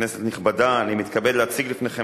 אני מתכבד להציג בפניכם,